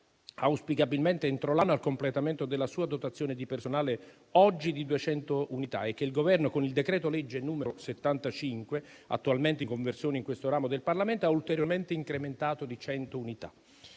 auspicabilmente entro l'anno - al completamento della sua dotazione di personale, oggi di 200 unità, e che il Governo con il decreto-legge n. 75, attualmente in conversione in questo ramo del Parlamento, ha ulteriormente incrementato di 100 unità.